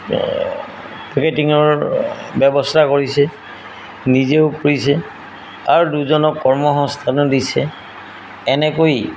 পেকেটিঙৰ ব্যৱস্থা কৰিছে নিজেও কৰিছে আৰু দুজনক কৰ্মসংস্থাপনো দিছে এনেকৈ